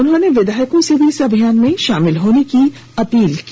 उन्होंने विधायकों से भी इस अभियान में शामिल होने की अपील की